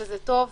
וזה טוב,